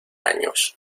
años